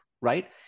right